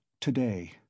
today